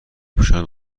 پوشان